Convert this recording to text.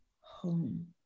home